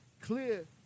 Clear